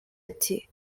ati